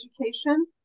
education